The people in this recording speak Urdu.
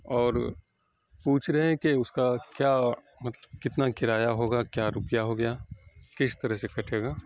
اور پوچھ رہے ہیں کہ اس کا کیا مطلب کتنا کرایہ ہوگا کیا روپیہ ہو گیا کس طرح سے بیٹھے گا